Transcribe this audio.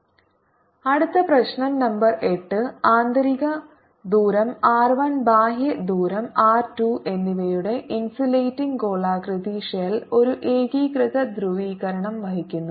ds01 ≠0 Q1020 Q20 അടുത്ത പ്രശ്നo number 8 ആന്തരിക ദൂരം R 1 ബാഹ്യ ദൂരം R 2 എന്നിവയുടെ ഇൻസുലേറ്റിംഗ് ഗോളാകൃതി ഷെൽ ഒരു ഏകീകൃത ധ്രുവീകരണം വഹിക്കുന്നു